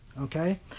Okay